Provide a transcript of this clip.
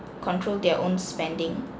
control their own spending